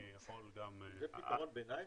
אני יכול גם --- זה פתרון ביניים?